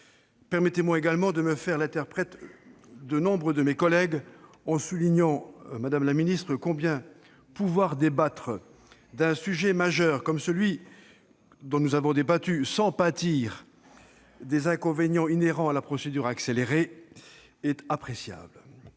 Permettez-moi également de me faire l'interprète de nombre de mes collègues en soulignant, madame la ministre, combien pouvoir débattre d'un sujet majeur comme celui-ci sans pâtir des inconvénients inhérents à la procédure accélérée est appréciable.